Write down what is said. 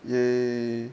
ya